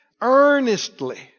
earnestly